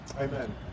Amen